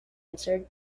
answered